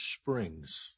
springs